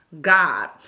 God